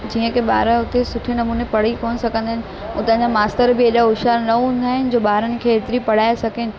जीअं कि ॿार उते सुठे नमूने पढ़ी कोन सघंदा आहिनि उतां जा मास्तर बि एॾा होश्यारु न हूंदा आहिनि जो ॿारनि खे एतिरी पढ़ाए सघनि